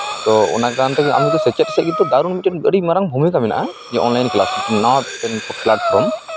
ᱛᱳ ᱚᱱᱟ ᱠᱟᱨᱚᱱ ᱛᱮᱜᱮ ᱟᱢᱫᱚ ᱥᱮᱪᱮᱫ ᱥᱮᱫ ᱠᱤᱱᱛᱩ ᱫᱟᱹᱨᱩᱱ ᱢᱤᱫᱴᱮᱱ ᱟᱹᱰᱤ ᱢᱟᱨᱟᱝ ᱵᱷᱩᱢᱤᱠᱟ ᱢᱮᱱᱟᱜᱼᱟ ᱡᱮ ᱚᱱᱞᱟᱭᱤᱱ ᱠᱞᱟᱥ ᱱᱟᱣᱟ ᱢᱤᱫᱴᱮᱱ ᱯᱞᱟᱴᱯᱷᱚᱨᱚᱢ